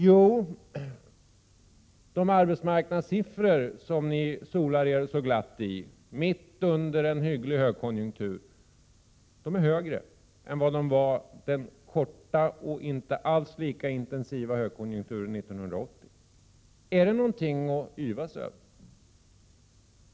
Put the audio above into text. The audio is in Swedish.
Jo, de arbetsmarknadssiffror som ni solar er så glatt i mitt under en hygglig högkonjunktur är högre än vad de var den korta och inte alls lika intensiva högkonjunkturen 1980. Är det någonting att yvas över?